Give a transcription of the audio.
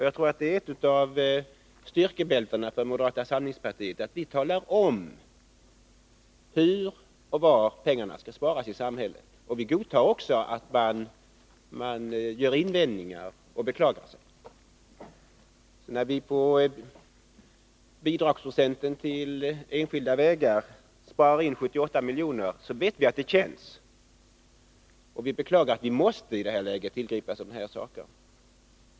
Jag tror att det är ett av styrkebältena för moderata samlingspartiet, att vi talar om hur och var pengarna skall sparas i samhället. Vi godtar också att man gör invändningar och beklagar sig. När vi på bidragsprocenten till enskilda vägar sparar in 78 milj.kr. vet vi att det känns, och vi beklagar att vi i det här läget måste tillgripa sådana saker.